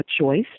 choice